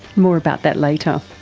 more about that later.